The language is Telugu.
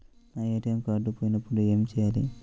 నా ఏ.టీ.ఎం కార్డ్ పోయినప్పుడు ఏమి చేయాలి?